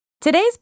Today's